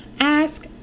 ask